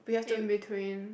in between